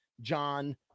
John